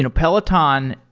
you know peloton,